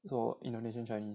so indonesian chinese